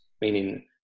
meaning